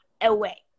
away